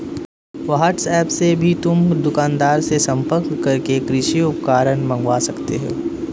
WhatsApp से भी तुम दुकानदार से संपर्क करके कृषि उपकरण मँगवा सकते हो